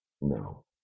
No